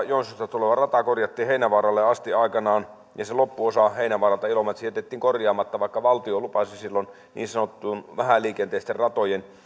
joensuusta tuleva rata korjattiin heinävaaralle asti aikanaan ja se loppuosa heinävaaralta ilomantsiin jätettiin korjaamatta vaikka valtio lupasi silloin niin sanottujen vähäliikenteisten ratojen